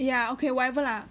yeah okay whatever lah